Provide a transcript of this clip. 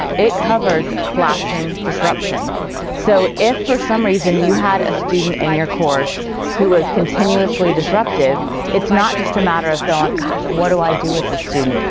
it covers classroom disruption so if for some reason you had a student and your course who was continuously disruptive it's not just a matter of going gosh what do i do with the student?